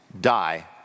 die